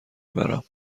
برم